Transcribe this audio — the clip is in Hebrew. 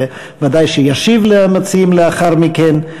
שוודאי ישיב למציעים לאחר מכן.